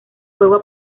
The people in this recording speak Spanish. juego